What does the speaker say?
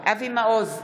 אבי מעוז,